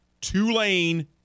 Tulane